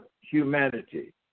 humanity